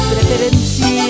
preferencias